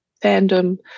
fandom